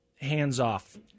hands-off